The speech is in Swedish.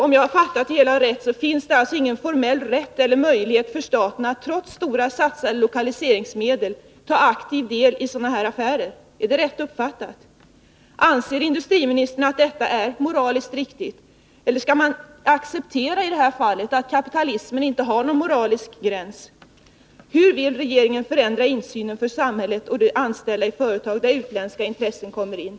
Om jag har förstått det hela riktigt, finns det alltså ingen formell rätt eller möjlighet för staten att, trots stora satsningar med lokaliseringsmedel, aktivt delta i sådana här affärer. Är det rätt uppfattat? Anser industriministern att detta är moraliskt riktigt, eller skall man i detta fall acceptera att kapitalismen inte har någon moralisk gräns? Hur vill regeringen förändra insynen för samhället och de anställda i företag där utländska intressen kommer in?